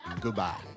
goodbye